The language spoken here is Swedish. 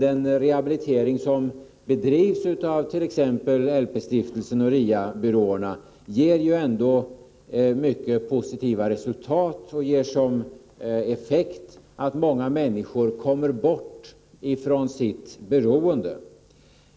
Den rehabilitering som bedrivs av t.ex. LP-stiftelsen och RIA-byråerna ger ändå mycket positiva resultat. En effekt av deras arbete är att många människor kunnat komma bort från sitt beroende.